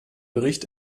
bericht